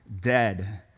dead